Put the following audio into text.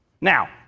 now